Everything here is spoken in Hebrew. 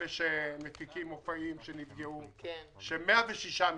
אלה שמפיקים מופעים שנפגעו, של 106 מיליון.